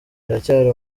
haracyari